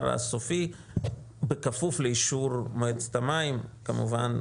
הסופי בכפוף לאישור מועצת המים כמובן,